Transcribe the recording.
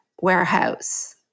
warehouse